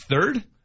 third